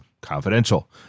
confidential